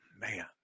man